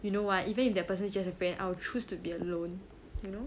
you know what even if that person is just a friend I will choose to be alone you know